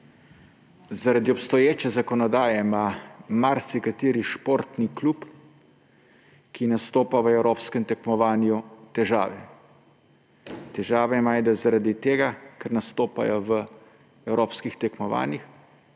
zaradi obstoječe zakonodaje ima marsikateri športni kljub, ki nastopa v evropskem tekmovanju, težave. Težave imajo zaradi tega, ker nastopajo na evropskih tekmovanjih,